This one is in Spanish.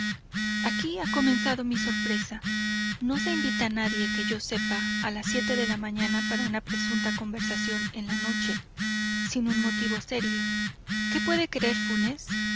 aquí ha comenzado mi sorpresa no se invita a nadie que yo sepa a las siete de la mañana para una presunta conversación en la noche sin un motivo serio qué me puede querer funes